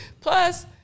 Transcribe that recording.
Plus